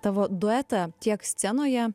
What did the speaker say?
tavo duetą tiek scenoje